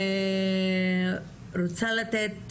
אני רוצה לתת